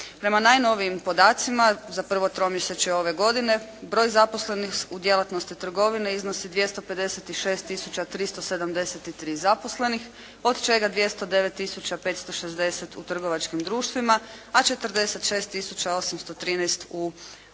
Prema najnovijim podacima za prvo tromjesečje ove godine, broj zaposlenih u djelatnosti trgovine iznosi 256 tisuća 373 zaposlenih od čega 209 tisuća 560 u trgovačkim društvima, a 46 tisuća